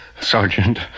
Sergeant